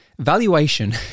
Valuation